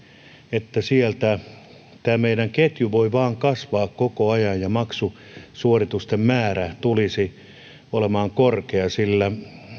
että tämä ketju voi vain kasvaa koko ajan ja maksusuoritusten määrä tulee olemaan korkea sillä